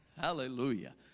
Hallelujah